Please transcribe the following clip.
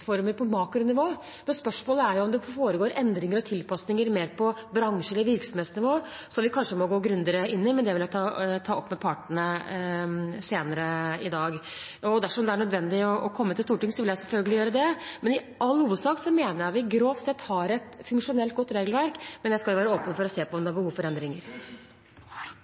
tilknytningsformer på makronivå. Spørsmålet er om det foregår endringer og tilpasninger mer på bransje- eller virksomhetsnivå som vi kanskje må gå grundigere inn i, men det vil jeg ta opp med partene senere i dag. Dersom det er nødvendig å komme til Stortinget, vil jeg selvfølgelig gjøre det. I all hovedsak mener jeg vi grovt sett har et funksjonelt og godt regelverk, men jeg skal være åpen for å se på om det er behov for